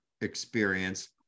experience